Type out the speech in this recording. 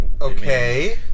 Okay